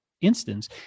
instance